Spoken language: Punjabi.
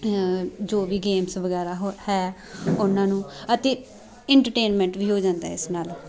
ਜੋ ਵੀ ਗੇਮਸ ਵਗੈਰਾ ਹੋ ਹੈ ਉਹਨਾਂ ਨੂੰ ਅਤੇ ਇੰਟਰਟੇਨਮੈਂਟ ਵੀ ਹੋ ਜਾਂਦਾ ਇਸ ਨਾਲ